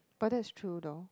but that's true though